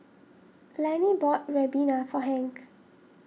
Lannie bought Ribena for Hank